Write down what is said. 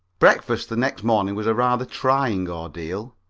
breakfast the next morning was a rather trying ordeal.